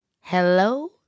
Hello